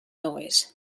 noise